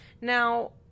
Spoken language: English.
Now